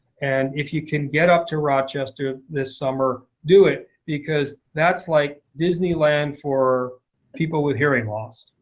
and if you can get up to rochester this summer, do it. because that's like disneyland for people with hearing loss.